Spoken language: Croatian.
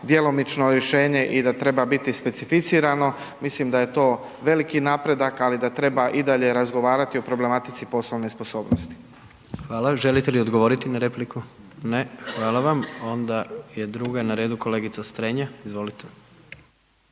djelomično rješenje i da treba biti specificirano. Mislim da je to veliki napredak ali da treba i dalje razgovarati o problematici poslovne sposobnosti. **Jandroković, Gordan (HDZ)** Hvala. Želite li odgovoriti na repliku? Ne. Hvala vam. Onda je druga na redu kolegice Strenja. Izvolite.